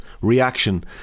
reaction